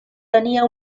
tenia